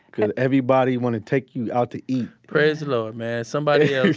kind of everybody want to take you out to eat. praise the lord, man. somebody else,